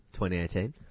2018